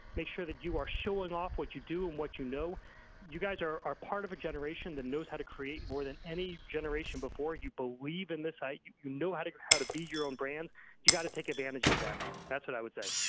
make sure that you are showing off what you do and what you know you guys are are part of a generation that knows how to create more than any generation before you believe in this, you know how to how to be your own brand you've got to take advantage of that that's what i would say.